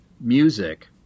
music